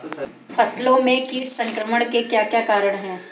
फसलों में कीट संक्रमण के क्या क्या कारण है?